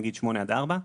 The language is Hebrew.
נגיד 16:00-8:00.